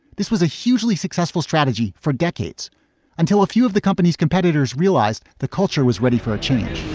this was a hugely successful strategy for decades until a few of the company's competitors realised the culture was ready for a change.